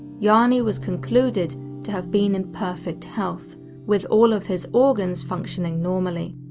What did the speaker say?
jani was concluded to have been in perfect health with all of his organs functioning normally.